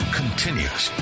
continues